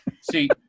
See